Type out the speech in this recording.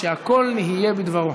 שהכול נהיה בדברו.